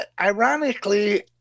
ironically